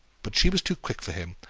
but she was too quick for him,